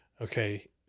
okay